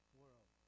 world